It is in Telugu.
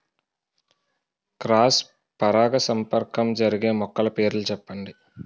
క్రాస్ పరాగసంపర్కం జరిగే మొక్కల పేర్లు చెప్పండి?